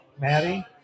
Maddie